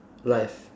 life